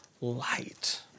light